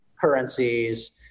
currencies